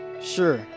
Sure